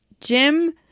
Jim